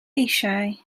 eisiau